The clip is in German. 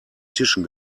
tischen